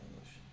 English